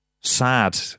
sad